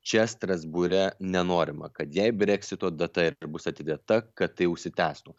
čia strasbūre nenorima kad jei breksito data ir bus atidėta kad tai užsitęstų